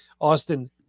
Austin